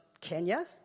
Kenya